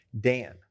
Dan